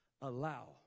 allow